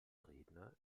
redner